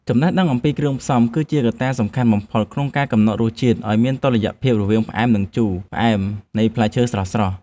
ចំណេះដឹងអំពីគ្រឿងផ្សំ គឺជាកត្តាសំខាន់បំផុតក្នុងការកំណត់រសជាតិឱ្យមានតុល្យភាពរវាងភាពផ្អែម និងភាពជូរ ផ្អែមនៃផ្លែឈើស្រស់ៗ។